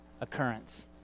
occurrence